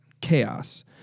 chaos